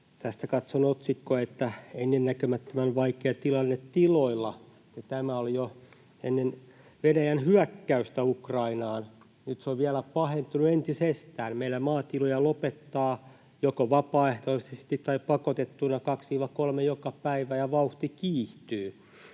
Katson otsikkoa ”Ennennäkemättömän vaikea tilanne tiloilla”, ja tämä oli jo ennen Venäjän hyökkäystä Ukrainaan. Nyt se on vielä pahentunut entisestään. Meillä maatiloja lopettaa joko vapaaehtoisesti tai pakotettuina kaksi—kolme joka päivä, ja vauhti kiihtyy.